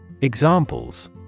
Examples